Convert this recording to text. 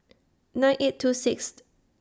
nine eight two Sixth